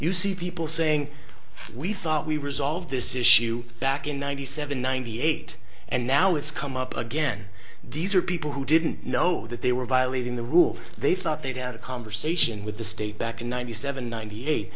you see people saying we thought we resolved this issue back in ninety seven ninety eight and now it's come up again these are people who didn't know that they were violating the rules they thought they'd had a conversation with the state back in ninety seven ninety eight